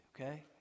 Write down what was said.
okay